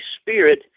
Spirit